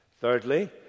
Thirdly